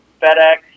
FedEx